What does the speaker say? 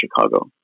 Chicago